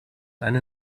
eine